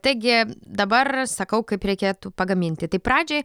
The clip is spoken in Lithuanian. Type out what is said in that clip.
taigi dabar sakau kaip reikėtų pagaminti tai pradžiai